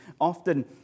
often